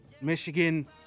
Michigan